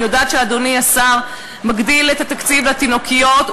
אני יודעת שאדוני השר מגדיל את התקציב לתינוקיות,